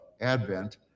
advent